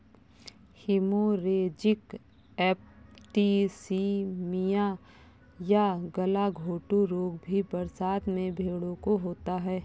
haemorrhagic septicaemia या गलघोंटू रोग भी बरसात में भेंड़ों को होता है